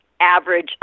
average